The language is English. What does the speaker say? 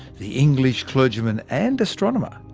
the english clergyman and astronomer,